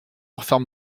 referme